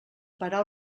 parar